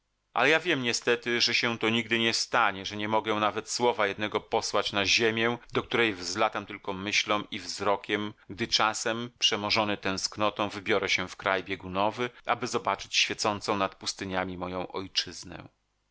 ale ja wiem niestety że się to nigdy nie stanie że nie mogę nawet słowa jednego posłać na ziemię do której wzlatam tylko myślą i wzrokiem gdy czasem przemożony tęsknotą wybiorę się w kraj biegunowy aby zobaczyć świecącą nad pustyniami moją ojczyznę